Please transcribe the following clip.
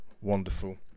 wonderful